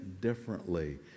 differently